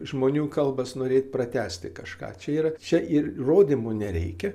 žmonių kalbas norėt pratęsti kažką čia yra čia ir įrodymų nereikia